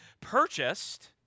purchased